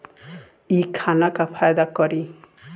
इ खाना का फायदा करी